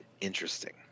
interesting